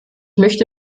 möchte